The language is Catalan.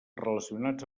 relacionats